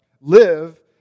live